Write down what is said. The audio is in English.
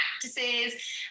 practices